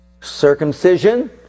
Circumcision